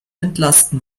entlasten